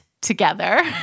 together